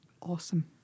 awesome